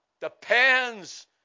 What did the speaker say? depends